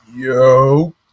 Yo